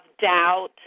doubt